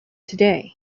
today